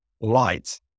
light